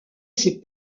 ses